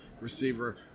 receiver